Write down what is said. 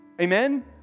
Amen